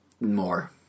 More